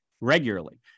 regularly